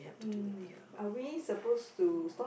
mm are we supposed to stop